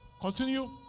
Continue